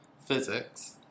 physics